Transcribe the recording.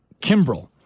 Kimbrell